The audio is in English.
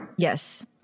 Yes